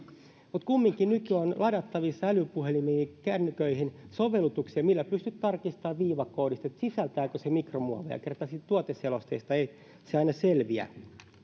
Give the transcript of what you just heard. kumminkin nykyään on ladattavissa älypuhelimiin kännyköihin sovellutuksia millä pystyt tarkistamaan viivakoodista sisältääkö se mikromuoveja kerta tuoteselosteesta ei se aina selviä